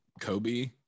Kobe